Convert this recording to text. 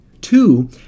Two